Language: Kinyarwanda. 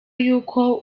yuko